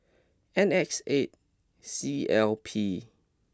N X eight C L P